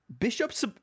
Bishop's